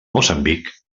moçambic